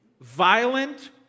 violent